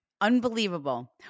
Unbelievable